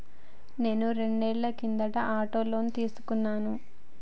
నేను రెండేళ్ల కిందట ఆటో లోను తీసుకున్నాను